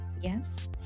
yes